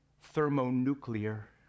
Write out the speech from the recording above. thermonuclear